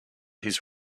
his